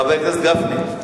חבר הכנסת גפני?